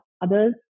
others